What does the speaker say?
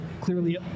clearly